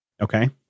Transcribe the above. okay